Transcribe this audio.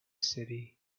city